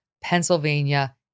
Pennsylvania